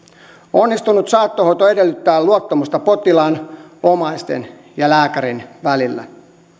onnistunut saattohoito edellyttää luottamusta potilaan omaisten ja lääkärin välillä